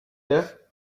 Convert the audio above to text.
there